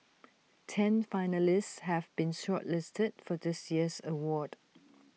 ten finalists have been shortlisted for this year's award